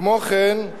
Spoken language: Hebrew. כמו כן,